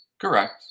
Correct